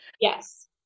Yes